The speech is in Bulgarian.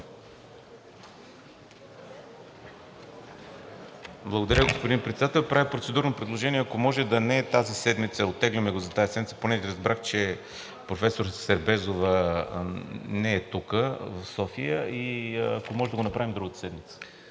Благодаря, господин Председател. Правя процедурно предложение, ако може да не е тази седмица. Оттегляме предложението за тази седмица, тъй като разбрах, че професор Сербезова не е тук – в София. Ако може, да го направим другата седмица.